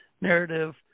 narrative